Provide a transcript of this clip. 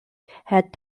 had